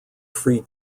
free